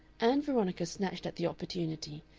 ann veronica snatched at the opportunity,